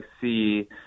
see